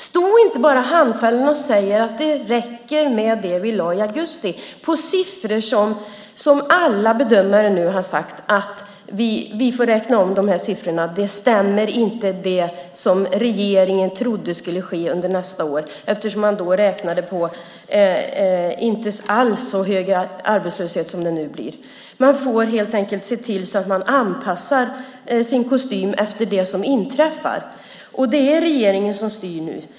Stå inte bara handfallen och säg att det räcker med det ni föreslog i augusti när ni utgick från siffror som alla bedömare nu har sagt att vi får räkna om. Det som regeringen trodde skulle ske under nästa år stämmer inte eftersom man då inte alls räknade med en så hög arbetslöshet som det nu blir. Man får helt enkelt se till att anpassa sin kostym efter det som inträffar. Och det är regeringen som styr.